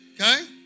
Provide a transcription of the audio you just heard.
Okay